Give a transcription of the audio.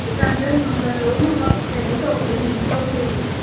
ꯑꯗꯒꯤ ꯀꯥꯡꯒꯟ ꯅꯨꯡꯒꯟ ꯂꯣꯏꯅꯃꯛ ꯀꯩꯅꯣ ꯇꯧꯗꯣꯏꯅꯤ ꯂꯧꯗꯣꯏꯅꯤ